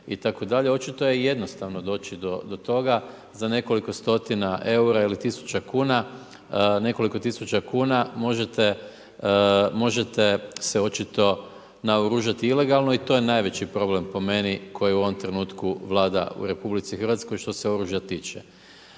Očito je jednostavno doći do toga, za nekoliko stotina eura ili tisuća kuna, nekoliko tisuća možete se očito naoružati ilegalno i to je najveći problem po meni, koji u ovom trenutku vlada u RH, što se oružja tiče.